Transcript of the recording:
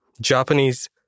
Japanese